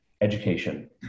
education